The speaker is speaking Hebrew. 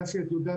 אולי דסי יודעת.